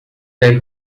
they